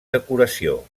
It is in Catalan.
decoració